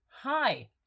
hi